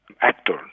actor